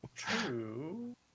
true